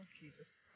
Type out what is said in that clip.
Jesus